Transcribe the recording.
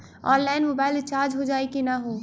Online mobile recharge हो जाई की ना हो?